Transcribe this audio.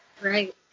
Right